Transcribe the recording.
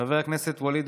חבר הכנסת ואליד